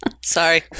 Sorry